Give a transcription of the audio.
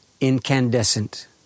incandescent